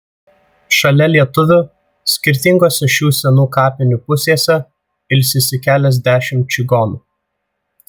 šalia lietuvių skirtingose šių senų kapinių pusėse ilsisi keliasdešimt čigonų